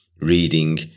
reading